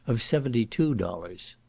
of seventy-two dollars.